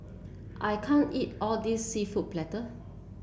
I can't eat all this seafood Paella